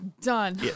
done